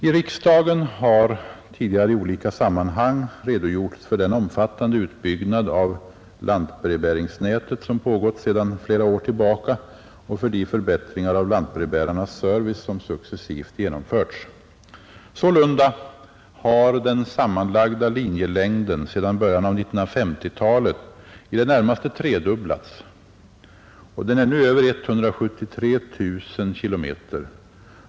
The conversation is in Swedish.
I riksdagen har tidigare i olika sammanhang redogjorts för den omfattande utbyggnad av lantbrevbäringsnätet som pågått sedan flera år tillbaka och för de förbättringar av lantbrevbärarnas service som successivt genomförts. Sålunda har den sammanlagda linjelängden sedan början av 1950-talet i det närmaste tredubblats, och den är nu över 173 000 km.